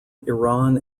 iran